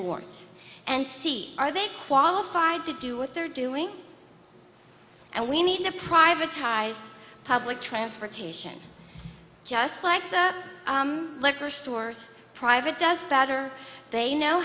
board and see are they qualified to do what they're doing and we need to privatized public transportation just like the liquor stores private does that are they know